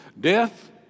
Death